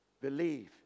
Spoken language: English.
Believe